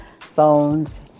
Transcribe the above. phones